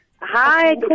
Hi